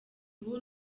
ubu